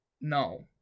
No